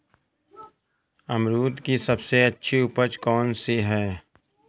अमरूद की सबसे अच्छी उपज कौन सी है?